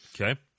Okay